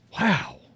Wow